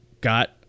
got